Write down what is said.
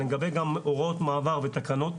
לגבי גם הוראות מעבר ותקנות,